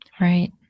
Right